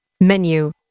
Menu